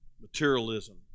materialism